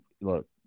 look